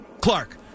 clark